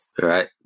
right